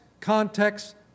context